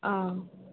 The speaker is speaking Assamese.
অঁ